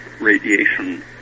radiation